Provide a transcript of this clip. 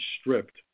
stripped